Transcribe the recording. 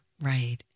Right